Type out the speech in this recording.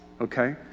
okay